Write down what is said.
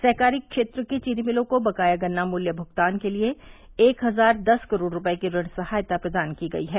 सहकारी क्षेत्र की चीनी मिलों को बकाया गन्ना मूल्य भूगतान के लिए एक हजार दस करोड़ रूपये की ऋण सहायता प्रदान की गई है